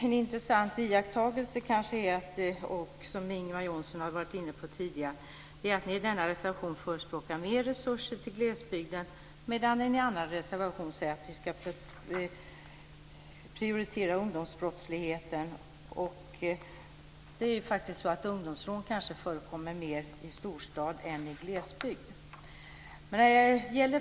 En intressant iakttagelse är, som Ingvar Johnsson har varit inne på tidigare, att ni i denna reservation förespråkar mer resurser till glesbygden, medan ni i en annan reservation säger att vi ska prioritera ungdomsbrottsligheten. Ungdomsrån förekommer kanske mer i storstad än i glesbygd.